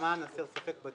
למען הסר ספק.